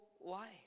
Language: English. life